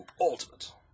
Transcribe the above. Ultimate